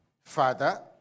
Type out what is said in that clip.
father